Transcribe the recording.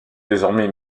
désormais